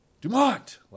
Dumont